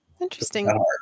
Interesting